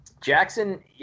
Jackson